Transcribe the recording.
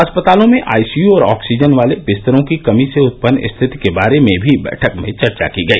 अस्पतालों में आईसीयुऔर ऑक्सीजन वाले बिस्तरों की कमी से उत्यन्न स्थिति के बारे में भी बैठक में चर्चा की गई